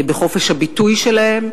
בחופש הביטוי שלהם,